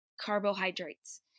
carbohydrates